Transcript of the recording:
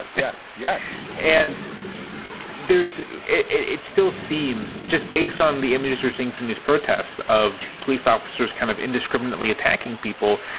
ah yes. yes. and there's it still seems just based on the images you're seeing from these protests of police officers kind of indiscriminately attacking people.